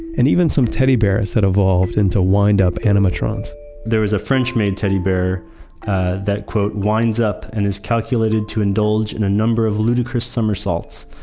and even some teddy bears had evolved into windup animations there was a french-made teddy bear that winds up and is calculated to indulge in a number of ludicrous somersaults.